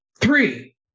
Three